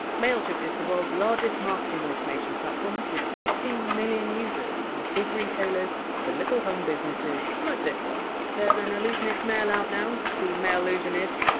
mailchimp is the world! s largest marketing automation platform, with fifteen million users from big retailers to little home businesses. like this one there! s an allusionist mailout now, the mailusionist,